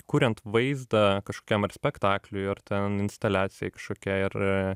kuriant vaizdą kažkokiam ar spektakliui ar ten instaliacijai kažkokiai ar